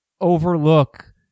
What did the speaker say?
overlook